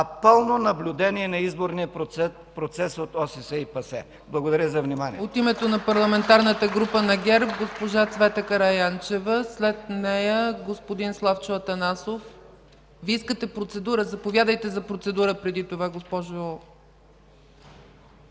а пълно наблюдение на изборния процес от ОССЕ и ПАСЕ. Благодаря за вниманието.